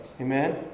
Amen